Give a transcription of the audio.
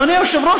אדוני היושב-ראש,